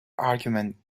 argument